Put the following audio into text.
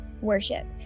worship